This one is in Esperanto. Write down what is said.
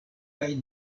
kaj